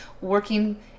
working